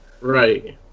Right